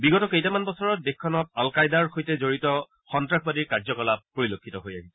বিগত কেইটামান বছৰত দেশখনত অলকায়দাৰ সৈতে জড়িত সন্তাসবাদীৰ কাৰ্যকলাপ পৰিলক্ষিত হৈ আহিছে